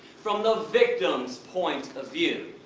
from the victims' point of view.